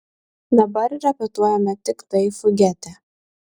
dabar repetuojame tiktai fugetę